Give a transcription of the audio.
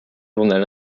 journal